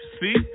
see